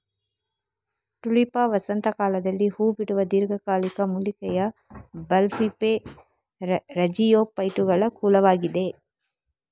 Tulipa ವಸಂತ ಕಾಲದಲ್ಲಿ ಹೂ ಬಿಡುವ ದೀರ್ಘಕಾಲಿಕ ಮೂಲಿಕೆಯ ಬಲ್ಬಿಫೆರಸ್ಜಿಯೋಫೈಟುಗಳ ಕುಲವಾಗಿದೆ